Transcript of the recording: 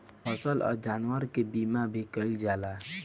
फसल आ जानवर के बीमा भी कईल जाला